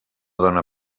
dóna